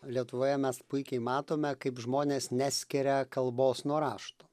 lietuvoje mes puikiai matome kaip žmonės neskiria kalbos nuo rašto